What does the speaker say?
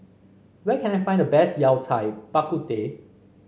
where can I find the best Yao Cai Bak Kut Teh